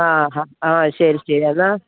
ആ ആ ആ ശരി ശരി